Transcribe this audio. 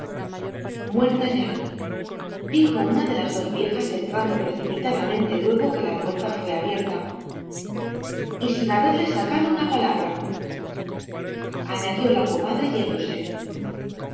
muerta ya dijo una de las dos viejas entrando precipitadamente luego que la puerta fué abierla y sin haberle sacado una palabra añadió la comadre yéndose